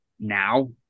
now